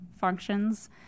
functions